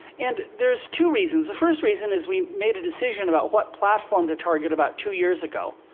and there's two reasons. the first reason is we made a decision about what platform to target about two years ago.